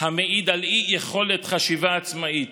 המעיד על אי-יכולת חשיבה עצמאית.